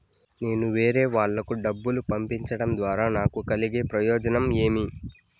నేను వేరేవాళ్లకు డబ్బులు పంపించడం ద్వారా నాకు కలిగే ప్రయోజనం ఏమి?